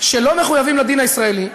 שלא מחויבים לדין הישראלי,